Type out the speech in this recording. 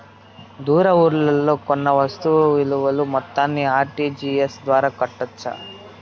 దూర ఊర్లలో కొన్న వస్తు విలువ మొత్తాన్ని ఆర్.టి.జి.ఎస్ ద్వారా కట్టొచ్చా?